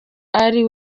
ari